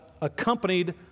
accompanied